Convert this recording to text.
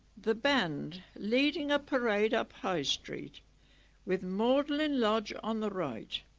the band leading a parade up high street with magdalen lodge on the right.